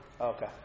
Okay